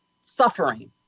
suffering